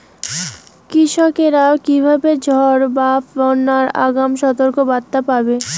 কৃষকেরা কীভাবে ঝড় বা বন্যার আগাম সতর্ক বার্তা পাবে?